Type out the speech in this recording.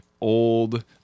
old